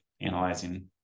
analyzing